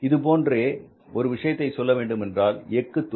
இதேபோன்று ஒரு விஷயத்தை சொல்ல வேண்டுமென்றால் எஃகு துறை